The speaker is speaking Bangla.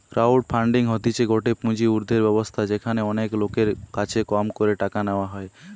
ক্রাউড ফান্ডিং হতিছে গটে পুঁজি উর্ধের ব্যবস্থা যেখানে অনেক লোকের কাছে কম করে টাকা নেওয়া হয়